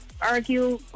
argue